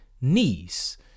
knees